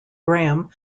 graham